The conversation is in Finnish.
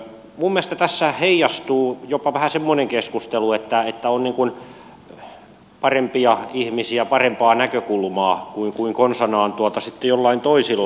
minun mielestäni tässä heijastuu jopa vähän semmoinen keskustelu että on niin kuin parempia ihmisiä parempaa näkökulmaa kuin konsanaan sitten jollain toisilla